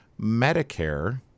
medicare